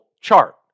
chart